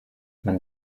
man